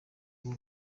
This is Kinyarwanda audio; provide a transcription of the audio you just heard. b’u